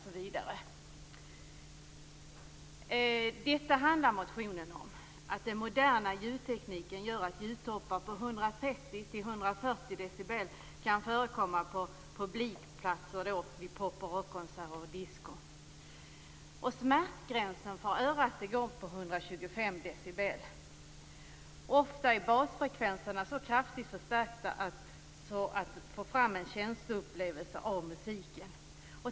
Detta är vad motionen handlar om. Den moderna ljudtekniken gör att ljudtoppar på 130-140 decibel kan förekomma på publikplatser vid pop och rockkonserter och diskon. Smärtgränsen för örat ligger vid 125 decibel. Ofta är basfrekvenserna kraftigt förstärkta för att få fram en känsloupplevelse av musiken.